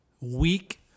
weak